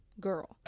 Girl